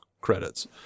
credits